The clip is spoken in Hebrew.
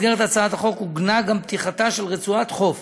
במסגרת הצעת החוק עוגנה גם פתיחתה של רצועת חוף